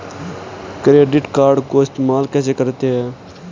Credit card को इस्तेमाल कैसे करते हैं?